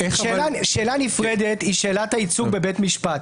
שאלה נפרדת היא שאלת הייצוג בבית משפט.